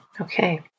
Okay